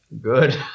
Good